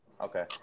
Okay